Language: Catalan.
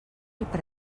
per